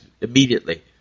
immediately